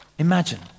imagine